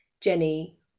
Jenny